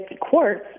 quartz